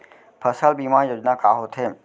फसल बीमा योजना का होथे?